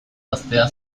gaztea